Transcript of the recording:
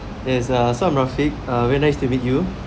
there's uh so I'm rafik uh very nice to meet you